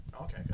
Okay